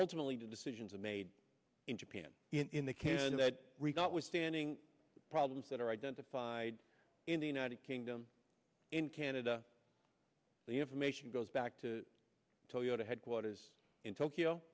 ultimately decisions are made in japan in the can that we got was standing problems that are identified in the united kingdom in canada the information goes back to toyota headquarters in tokyo